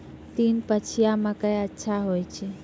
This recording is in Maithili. तीन पछिया मकई अच्छा होय छै?